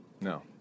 No